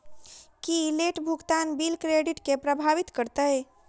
की late भुगतान bill credit केँ प्रभावित करतै?